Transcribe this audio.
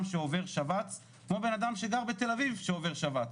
שעובר שבץ כמו בנאדם שגר בתל אביב שעובר שבץ,